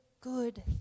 good